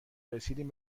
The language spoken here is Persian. رسیدیم